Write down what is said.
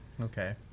Okay